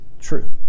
true